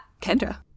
Kendra